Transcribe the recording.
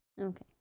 Okay